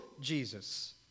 Jesus